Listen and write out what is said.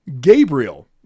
Gabriel